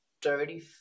dirty